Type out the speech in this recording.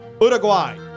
Uruguay